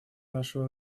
нашего